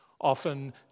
often